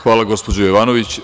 Hvala gospođo Jovanović.